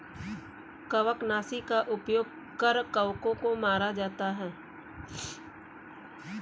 कवकनाशी का उपयोग कर कवकों को मारा जाता है